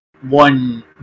one